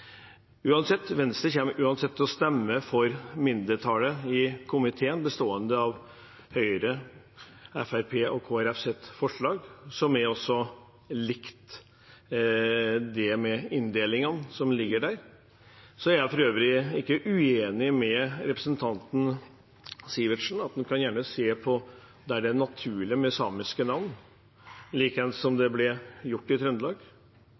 Venstre kommer uansett til å stemme for forslaget fra mindretallet i komiteen, bestående av Høyre, Fremskrittspartiet og Kristelig Folkeparti, med de inndelingene som ligger der. Jeg er for øvrig ikke uenig med representanten Sivertsen i at en gjerne kan se på om det er naturlig med samiske navn, slik det ble gjort for Trøndelag.